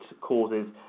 causes